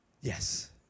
Yes